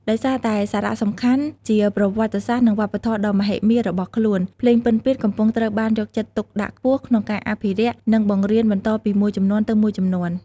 ដោយសារតែសារៈសំខាន់ជាប្រវត្តិសាស្ត្រ និងវប្បធម៌ដ៏មហិមារបស់ខ្លួន ភ្លេងពិណពាទ្យកំពុងត្រូវបានយកចិត្តទុកដាក់ខ្ពស់ក្នុងការអភិរក្ស និងបង្រៀនបន្តពីមួយជំនាន់ទៅមួយជំនាន់។